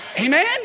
Amen